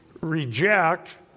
reject